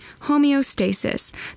homeostasis